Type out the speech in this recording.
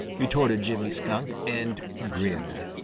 retorted jimmy skunk, and grinned.